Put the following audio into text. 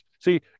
See